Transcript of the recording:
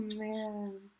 man